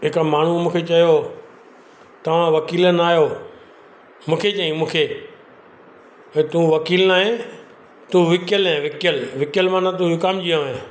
हिकु माण्हूअ मूंखे चयो तव्हां वकील ना आहियो मूंखे चईं मूंखे भई तूं वकील ना आहे तूं विकियलु आहे विकियलु विकियलु माना तूं विकामजी वियो आहे